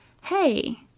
Hey